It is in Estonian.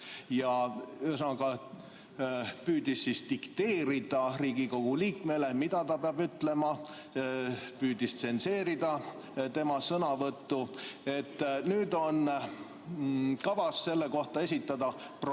Ühesõnaga, ta püüdis dikteerida Riigikogu liikmele, mida ta peab ütlema, ja püüdis tsenseerida tema sõnavõttu. Nüüd on kavas selle kohta esitada protest.